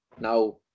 now